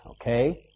okay